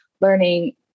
learning